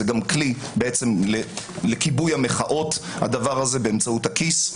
זה גם כלי לכיבוי המחאות הדבר הזה, באמצעות הכיס.